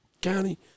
County